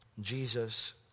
Jesus